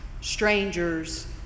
strangers